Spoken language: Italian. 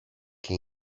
che